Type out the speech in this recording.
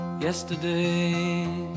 Yesterday